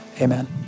Amen